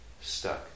stuck